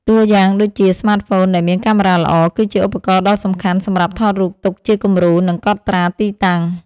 តួយ៉ាងដូចជា ស្មាតហ្វូនដែលមានកាមេរ៉ាល្អ គឺជាឧបករណ៍ដ៏សំខាន់សម្រាប់ថតរូបទុកជាគំរូ និងកត់ត្រាទីតាំង។